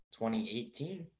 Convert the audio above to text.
2018